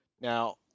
Now